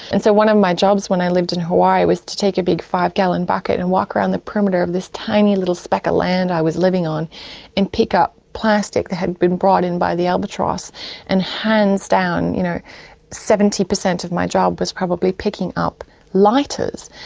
and so one of my jobs when i lived in hawaii was to take a big five-gallon bucket and walk around the perimeter of this tiny little speck of land i was living on and pick up plastic that had been brought in by the albatross and hands down you know seventy percent of my job was probably picking up lighters.